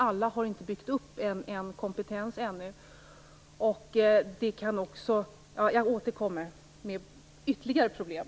Alla har inte ännu byggt upp en kompetens. Jag återkommer med ytterligare problem.